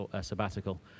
sabbatical